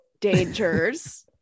dangers